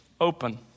open